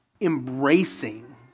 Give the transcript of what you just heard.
embracing